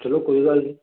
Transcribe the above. ਚਲੋ ਕੋਈ ਗੱਲ ਨੀ